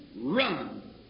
run